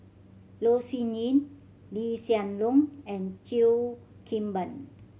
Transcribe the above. Loh Sin Yun Lee Hsien Loong and Cheo Kim Ban